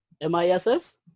m-i-s-s